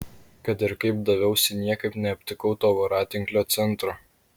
kad ir kaip daviausi niekaip neaptikau to voratinklio centro